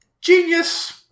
genius